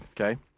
Okay